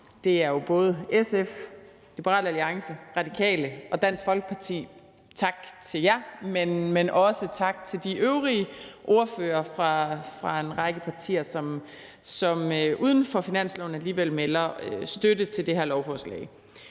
Det er jo både SF, Liberal Alliance, Radikale Venstre og Dansk Folkeparti – tak til jer. Men også tak til de øvrige ordførere fra en række partier, som uden for finansloven alligevel melder støtte til det her lovforslag.